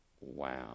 Wow